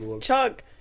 chug